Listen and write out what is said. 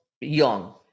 young